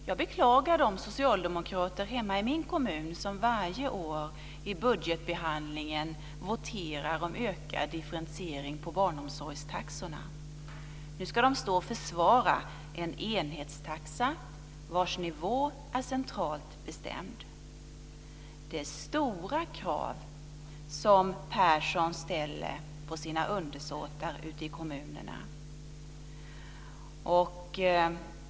Jag beklagar de socialdemokrater hemma i min kommun som varje år i budgetbehandlingen voterar om ökad differentiering på barnomsorgstaxorna. Nu ska de stå och försvara en enhetstaxa vars nivå är centralt bestämd. Det är stora krav som Persson ställer på sina undersåtar ute i kommunerna.